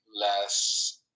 less